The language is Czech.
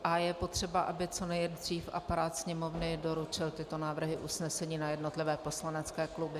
A je potřeba, aby co nejdřív aparát Sněmovny doručil tyto návrhy usnesení na jednotlivé poslanecké kluby.